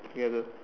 together